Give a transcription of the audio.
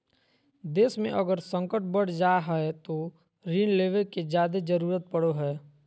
देश मे अगर संकट बढ़ जा हय तो ऋण लेवे के जादे जरूरत पड़ो हय